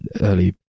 early